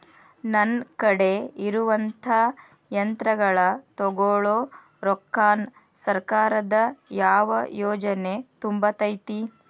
ನನ್ ಕಡೆ ಇರುವಂಥಾ ಯಂತ್ರಗಳ ತೊಗೊಳು ರೊಕ್ಕಾನ್ ಸರ್ಕಾರದ ಯಾವ ಯೋಜನೆ ತುಂಬತೈತಿ?